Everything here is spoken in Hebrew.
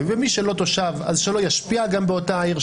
ומי שלא תושב אז שלא ישפיע גם באותה עיר,